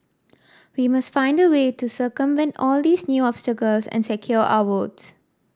we must find a way to circumvent all these new obstacles and secure our votes